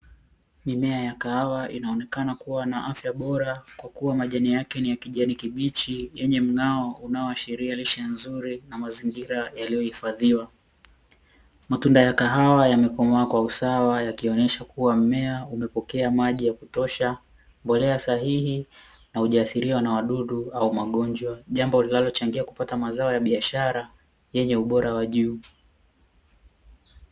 Mimea ya kahawa inaonekana kuwa na afya bora kwa kuwa majani yake ni ya kijani kibichi yenye mng'ao unaoashiria lishe nzuri na mazingira yaliyohifadhiwa, matunda ya kahawa yamekomaa kwa usawa yakionyesha kuwa mmea umepokea maji ya kutosha, mbolea sahihi na haujaathiriwa na wadudu au magonjwa jambo linalochangia kupata mazao ya biashara.